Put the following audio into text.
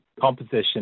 composition